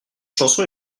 chanson